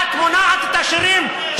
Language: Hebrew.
את מונעת את השירים של מחמוד דרוויש?